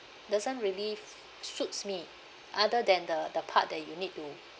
doesn't really suits me other than the the part that you need to